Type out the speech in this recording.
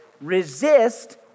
resist